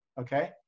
okay